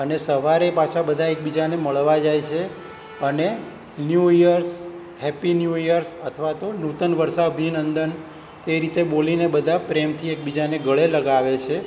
અને સવારે પાછા બધા એકબીજાને મળવા જાય છે અને new years happy new years અથવા તો નુતન વર્ષાભિનંદન તે રીતે બોલીને બધા પ્રેમથી એકબીજાને ગળે લગાવે છે